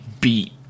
beat